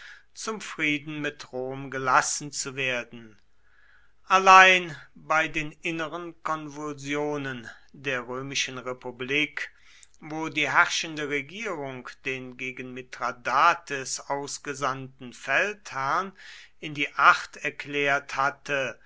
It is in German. zum frieden mit rom gelassen zu werden allein bei den inneren konvulsionen der römischen republik wo die herrschende regierung den gegen mithradates ausgesandten feldherrn in die acht erklärt hatte